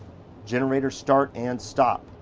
generators start and stop